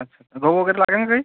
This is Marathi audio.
अच्छा गहू वगैरे लागेल का काही